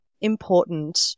important